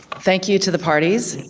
thank you to the parties.